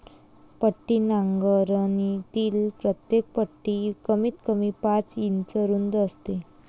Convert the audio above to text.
पट्टी नांगरणीतील प्रत्येक पट्टी कमीतकमी पाच इंच रुंद असते